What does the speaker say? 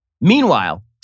Meanwhile